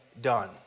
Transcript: done